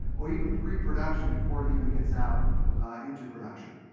or even pre-production, before it even gets out into production.